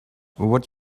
would